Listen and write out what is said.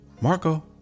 Marco